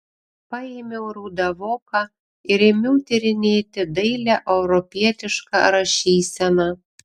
paėmiau rudą voką ir ėmiau tyrinėti dailią europietišką rašyseną